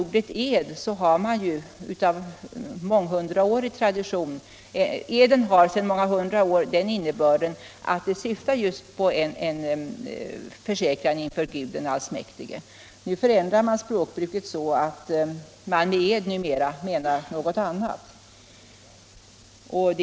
Ordet ed har av månghundraårig tradition innebörden av försäkran inför Gud den allsmäktige. Nu förändrar man språkbruket så att man med ed numera menar något annat.